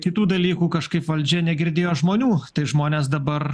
kitų dalykų kažkaip valdžia negirdėjo žmonių tai žmonės dabar